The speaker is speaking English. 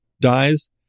dies